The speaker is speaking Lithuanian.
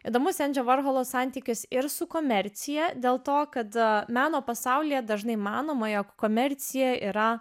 įdomus endžio vorholo santykis ir su komercija dėl to kad meno pasaulyje dažnai manoma jog komercija yra